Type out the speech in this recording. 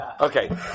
Okay